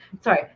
Sorry